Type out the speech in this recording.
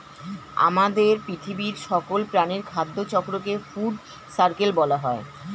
আমাদের পৃথিবীর সকল প্রাণীর খাদ্য চক্রকে ফুড সার্কেল বলা হয়